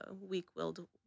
weak-willed